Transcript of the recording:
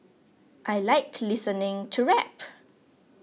I like listening to rap